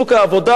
במקומות העבודה,